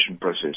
process